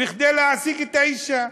כדי להעסיק את האישה.